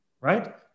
right